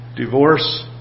Divorce